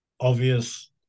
Obvious